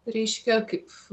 reiškia kaip